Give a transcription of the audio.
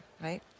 right